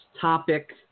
topic